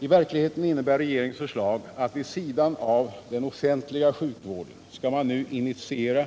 I verkligheten innebär regeringens förslag att vid sidan av den offentliga sjukvården skall man nu initiera